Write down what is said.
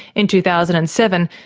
in two thousand and seven,